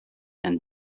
and